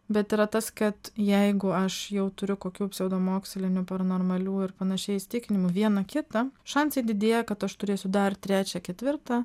bet yra tas kad jeigu aš jau turiu kokių pseudomokslinių paranormalių ir panašių įsitikinimų vieną kitą šansai didėja kad aš turėsiu dar trečią ketvirtą